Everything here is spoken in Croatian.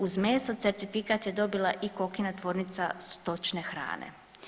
Uz meso certifikat je dobila i KOKA-ina tvornica stočne hrane.